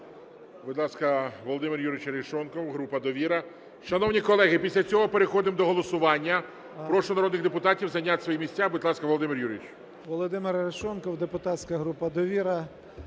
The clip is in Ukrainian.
Будь ласка, Володимир Юрійович Арешонков, група "Довіра". Шановні колеги, після цього переходимо до голосування. Прошу народних депутатів зайняти свої місця. Будь ласка, Володимир Юрійович. 13:36:31 АРЕШОНКОВ В.Ю. Володимир Арешонков, депутатська група "Довіра".